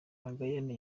magayane